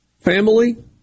family